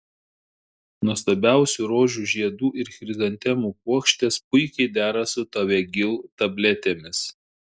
nuostabiausių rožių žiedų ir chrizantemų puokštės puikiai dera su tavegyl tabletėmis